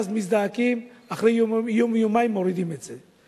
ואז מזדעקים, ואחרי יום או יומיים מורידים את זה.